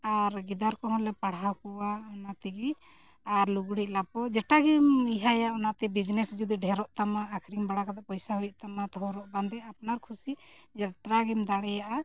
ᱟᱨ ᱜᱤᱫᱟᱹᱨ ᱠᱚᱦᱚᱸᱞᱮ ᱯᱟᱲᱦᱟᱣ ᱠᱚᱣᱟ ᱚᱱᱟᱛᱮᱜᱮ ᱟᱨ ᱞᱩᱜᱽᱲᱤᱡ ᱞᱟᱯᱳ ᱡᱮᱴᱟ ᱜᱮᱢ ᱤᱭᱟᱹᱭᱟ ᱚᱱᱟᱛᱮ ᱵᱤᱡᱽᱱᱮᱥ ᱡᱩᱫᱤ ᱰᱷᱮᱨᱚᱜ ᱛᱟᱢᱟ ᱟᱹᱠᱷᱨᱤᱧ ᱵᱟᱲᱟ ᱠᱟᱛᱮ ᱯᱚᱭᱥᱟ ᱦᱩᱭᱩᱜ ᱛᱟᱢᱟ ᱛᱚ ᱦᱚᱨᱚᱜ ᱵᱟᱸᱫᱮ ᱟᱯᱱᱟᱨ ᱠᱷᱩᱥᱤ ᱡᱟᱛᱨᱟ ᱜᱮᱢ ᱫᱟᱲᱮᱭᱟᱜᱼᱟ